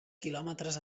quilòmetres